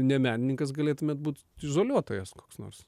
ne menininkas galėtumėt būt izoliuotojas koks nors